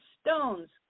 stones